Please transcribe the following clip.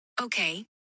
Okay